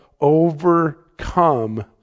overcome